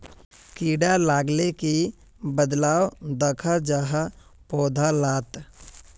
कीड़ा लगाले की बदलाव दखा जहा पौधा लात?